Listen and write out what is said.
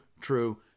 true